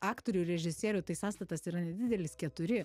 aktorių režisierių tai sąstatas yra nedidelis keturi